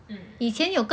mm